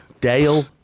Dale